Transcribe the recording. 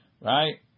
Right